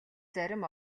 зарим